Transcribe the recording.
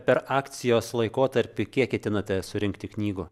per akcijos laikotarpį kiek ketinate surinkti knygų